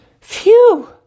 Phew